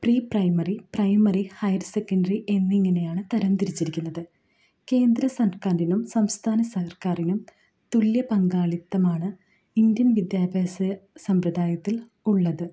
pre primary primary higher secondary എന്നിങ്ങനെയാണ് തരംതിരിച്ചിരിക്കുന്നത് കേന്ദ്ര സർക്കാരിനും സംസ്ഥാന സർക്കാരിനും തുല്യ പങ്കാളിത്തമാണ് ഇന്ത്യൻ വിദ്യാഭ്യാസ സമ്പ്രദായത്തിൽ ഉള്ളത്